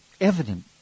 evident